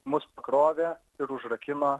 mus pakrovė ir užrakino